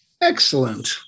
Excellent